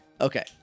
okay